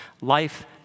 Life